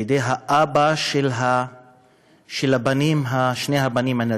בידי האבא של הבנים, שני הבנים הנרצחים.